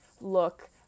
look